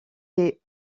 les